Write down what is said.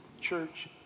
church